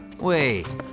Wait